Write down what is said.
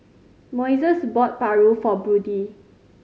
Moises bought paru for Brodie